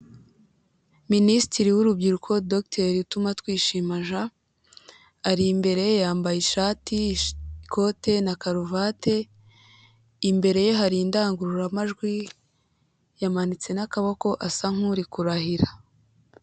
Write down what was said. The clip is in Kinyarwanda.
Minisitiri w'urubyiruko Dr Utumatwishima Jean ari imbere yambaye ishati, ikote na karuvati imbere ye hari indangururamajwi yamanitse n'akaboko asa nk'uri kurahira.